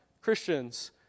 Christians